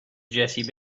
jessie